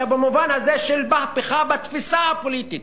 אלא במובן הזה של מהפכה בתפיסה הפוליטית.